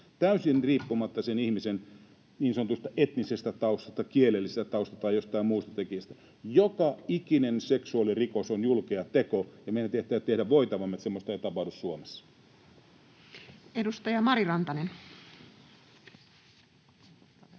täysin riippumatta sen ihmisen niin sanotusta etnisestä taustasta, kielellisestä taustasta tai jostain muusta tekijästä. Joka ikinen seksuaalirikos on julkea teko, ja meidän on tehtävä voitavamme, että semmoista ei tapahdu Suomessa. Edustaja Kiljunen,